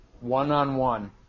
one-on-one